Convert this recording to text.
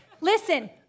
Listen